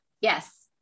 Yes